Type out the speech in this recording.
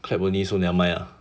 clap only so never mind ah